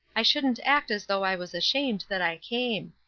i shouldn't act as though i was ashamed that i came.